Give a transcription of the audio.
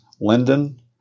Linden